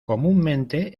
comúnmente